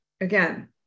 again